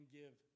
give